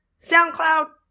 SoundCloud